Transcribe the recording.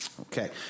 Okay